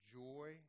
joy